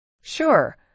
Sure